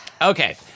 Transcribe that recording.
Okay